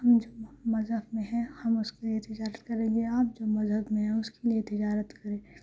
ہم جو مذہب میں ہیں ہم اس کے لیے تجارت کریں گے آپ جو مذہب میں اس کے لیے تجارت کریں